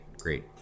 great